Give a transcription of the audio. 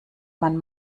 man